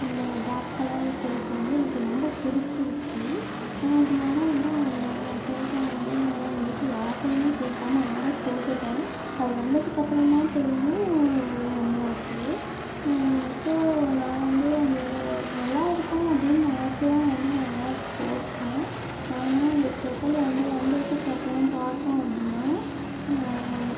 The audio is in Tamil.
அந்தப் பிளாக் கலர் செருப்பு வந்து எனக்கு ரொம்ப பிடிச்சிருச்சி நான் அதனால வந்து அந்த செருப்பை வந்து நான் எங்கள் வீட்டில் யார்ட்டையுமே கேட்காம ஆர்டர் போட்டுவிட்டேன் அது வந்ததுக்கு அப்புறம் தான் தெரியும் எங்கள் அம்மாவுக்கு ஸோ நான் வந்து அந்த நல்லா இருக்கும் அப்படின்னு நினச்சு தான் வந்து நான் ஆர்ட்ரு போட்டேன் ஆனால் அந்த செப்பல் வந்து வந்ததுக்கு அப்புறம் பார்த்தோம் அப்படினா